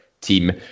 team